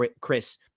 Chris